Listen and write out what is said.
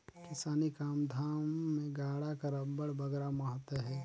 किसानी काम धाम मे गाड़ा कर अब्बड़ बगरा महत अहे